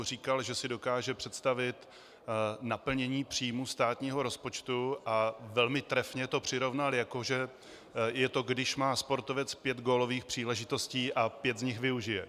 Říkal, že si dokáže představit naplnění příjmů státního rozpočtu, a velmi trefně to přirovnal, že to je, jako když má sportovec pět gólových příležitostí a pět z nich využije.